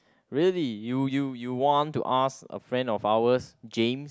really you you you want to ask a friend of ours James